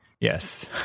Yes